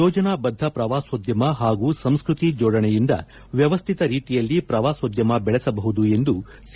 ಯೋಜನಾ ಬದ್ದ ಪ್ರವಾಸೋದ್ಯಮ ಹಾಗೂ ಸಂಸ್ಟತಿ ಜೋಡಣೆಯಿಂದ ವ್ಯವಶ್ಮಿತಿ ರೀತಿಯಲ್ಲಿ ಪ್ರವಾಸೋದ್ದಮ ಬೆಳೆಸಬಹುದು ಎಂದು ಸಿ